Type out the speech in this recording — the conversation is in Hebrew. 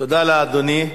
תודה לאדוני.